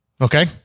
Okay